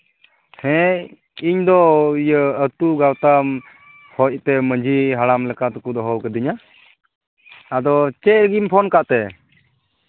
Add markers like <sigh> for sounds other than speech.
ᱦᱮᱸ ᱤᱧᱫᱚ <unintelligible> ᱟᱹᱛᱩ ᱜᱟᱶᱛᱟ ᱠᱷᱚᱡ ᱛᱮ ᱢᱟᱹᱡᱷᱤ ᱦᱟᱲᱟᱢ ᱞᱮᱠᱟ ᱛᱮᱠᱚ ᱫᱚᱦᱚ ᱟᱠᱟᱹᱫᱤᱧᱟᱹ ᱟᱫᱚ ᱪᱮᱫ ᱞᱟᱹᱜᱤᱫ ᱮᱢ ᱯᱷᱳᱱ ᱟᱠᱟᱫᱛᱮ